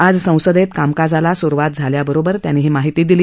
आज संसदेत कामकाजाला सुरुवात झाल्याबरोबर त्यांनी ही माहिती दिली